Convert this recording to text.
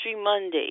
Monday